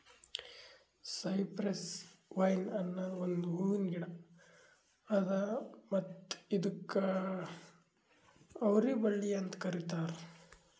cypress vine ಅನದ್ ಒಂದು ಹೂವಿನ ಗಿಡ ಅದಾ ಮತ್ತ ಇದುಕ್ ಅವರಿ ಬಳ್ಳಿ ಅಂತ್ ಕರಿತಾರ್